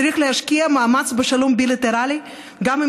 צריך להשקיע מאמץ בשלום בילטרלי גם עם